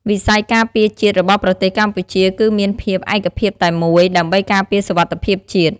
វិស័យការពារជាតិរបស់ប្រទេសកម្ពុជាគឺមានភាពឯកភាពតែមួយ ដើម្បីការពារសុវត្ថិភាពជាតិ។